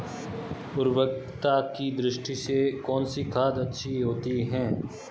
उर्वरकता की दृष्टि से कौनसी खाद अच्छी होती है?